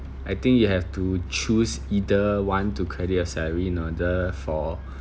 I think you have to choose either one to credit your salary in order for